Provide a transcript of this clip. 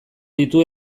ditu